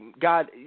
God